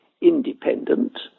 independent